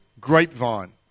grapevine